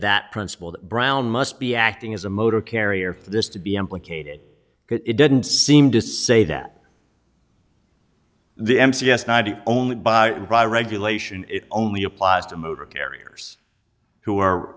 that principle that brown must be acting as a motor carrier for this to be implicated it didn't seem to say that the m c s ninety only by regulation only applies to motor carriers who